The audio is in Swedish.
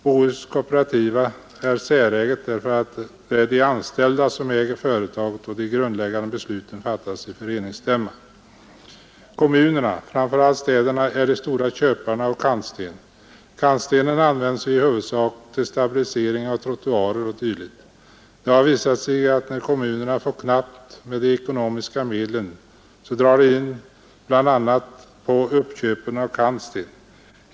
Bohusläns kooperativa stenindustri är ett säreget företag, därför att det är de anställda som äger företaget, och de grundläggande besluten fattas i föreningsstämma. Kommunerna, framför allt städerna, är de stora köparna av kantsten, som i huvudsak används till stabilisering av trottoarer o. d. Det har visat sig att när kommunerna får knappt med ekonomiska medel drar de in bl.a. på uppköpen av kantsten.